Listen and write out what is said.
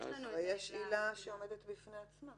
יש עילה שעומדת בפני עצמה